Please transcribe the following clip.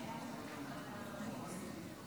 שמונה מתנגדים.